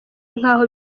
nkaho